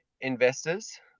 investors